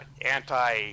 anti